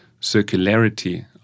circularity